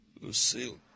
Lucille